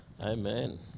Amen